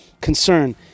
concern